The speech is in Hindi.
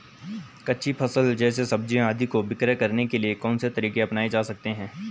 कच्ची फसल जैसे सब्जियाँ आदि को विक्रय करने के लिये कौन से तरीके अपनायें जा सकते हैं?